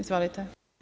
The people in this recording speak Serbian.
Izvolite.